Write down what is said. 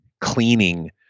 cleaning